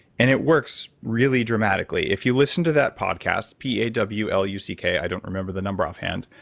and it works really dramatically. if you listen to that podcast, p a w l u c k. i don't remember the number offhand.